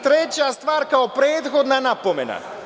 Treća stvar, kao prethodna napomena.